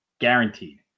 guaranteed